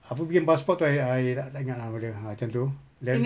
apa bikin passport itu I I tak tak ingat lah pada macam tu then